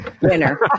winner